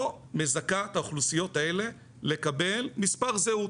מזכה את האוכלוסיות האלה לקבל מספר זהות.